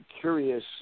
curious